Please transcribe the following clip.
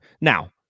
now